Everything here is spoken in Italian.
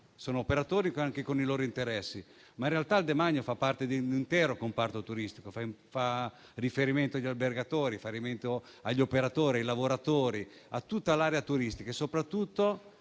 sono operatori che hanno i loro interessi, ma in realtà il demanio fa parte di un intero comparto turistico, che fa riferimento agli albergatori, agli operatori e ai lavoratori di tutta l'area turistica. Soprattutto,